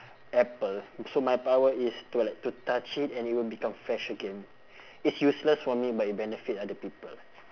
apple so my power is to like to touch it and it will become fresh again it's useless for me but it benefit other people